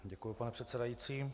Děkuji, pane předsedající.